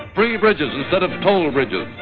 free bridges instead of toll bridges,